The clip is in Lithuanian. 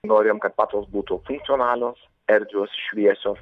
norim kad patalpos būtų funkcionalios erdvios šviesios